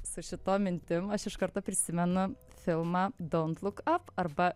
su šitom mintim aš iš karto prisimenu filmą dont luk ap arba